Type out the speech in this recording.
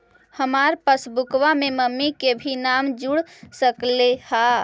हमार पासबुकवा में मम्मी के भी नाम जुर सकलेहा?